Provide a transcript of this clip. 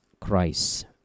Christ